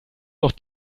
noch